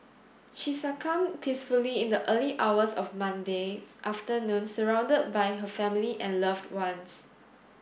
she succumbed peacefully in the early hours of Monday afternoon surrounded by her family and loved ones